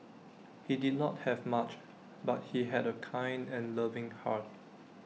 he did not have much but he had A kind and loving heart